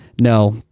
No